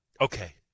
Okay